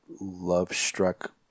love-struck